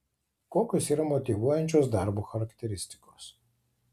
kokios yra motyvuojančios darbo charakteristikos